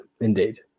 indeed